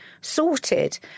sorted